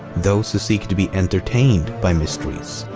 those who seek to be entertained by mysteries,